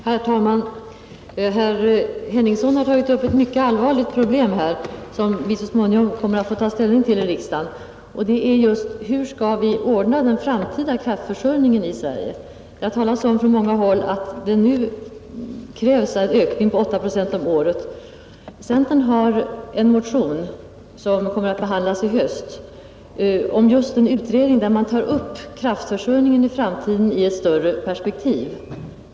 Herr talman! Herr Henningsson tog upp ett mycket allvarligt problem som vi så småningom kommer att få ta ställning till i riksdagen, och det är: Hur skall vi ordna den framtida kraftförsörjningen i Sverige? Det har på många håll talats om att det nu krävs en ökning på 8 procent om året. Centern har väckt en motion, som kommer att behandlas i höst, om en utredning angående kraftförsörjningen för framtiden sett i ett längre perspektiv.